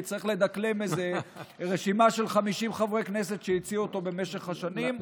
ויצטרך לדקלם איזה רשימה של 50 חברי כנסת שהציעו אותו במשך השנים.